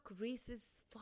races